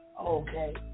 Okay